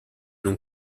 non